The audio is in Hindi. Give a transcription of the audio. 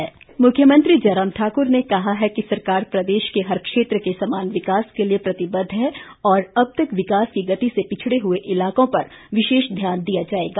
मुख्यमंत्री मुख्यमंत्री जयराम ठाक्र ने कहा है कि सरकार प्रदेश के हर क्षेत्र के समान विकास के लिए प्रतिबद्द है और अब तक विकास की गति से पिछड़े हुए इलाकों पर विशेष ध्यान दिया जाएगा